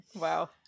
Wow